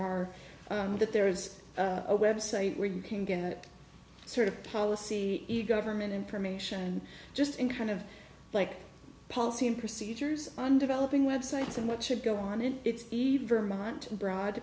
are that there is a website where you can get a sort of policy government information just in kind of like policy and procedures on developing websites and what should go on in it's easy vermont broad